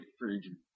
region